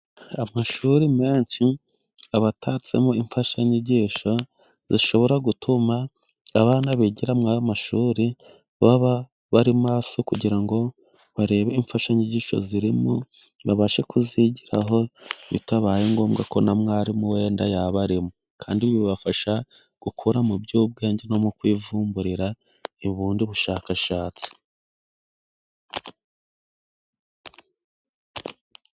Amashuri menshi aba atatsemo imfashanyigisho zishobora gutuma abana bigira muri ayo mashuri, baba bari maso kugira ngo barebe imfashanyigisho zirimo, babashe kuzigiraho bitabaye ngombwa ko na mwarimu wenda yaba arimo. Kandi bibafasha gukura mu by'ubwenge no mu kwivumburira ubundu bushakashatsi.